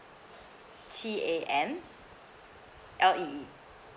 T A N L E E